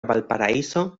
valparaíso